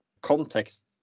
context